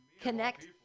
connect